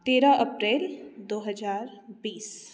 तेरह अप्रेल दो हजार बीस